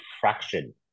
fraction